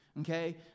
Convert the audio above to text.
okay